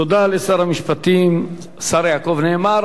תודה לשר המשפטים, השר יעקב נאמן.